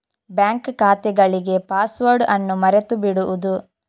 bank ಖಾತೆಗಳಿಗೆ password ಅನ್ನು ಮರೆತು ಬಿಡುವುದು